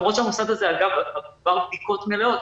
למרות שהמוסד הזה אגב עבר בדיקות מלאות,